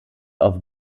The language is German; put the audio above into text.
auf